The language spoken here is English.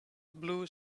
blue